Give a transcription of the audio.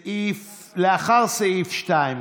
לאחר סעיף 2,